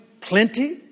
plenty